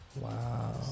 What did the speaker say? Wow